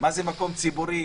מה זה מקום ציבורי,